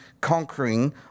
conquering